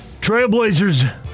Trailblazers